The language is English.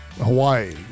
Hawaii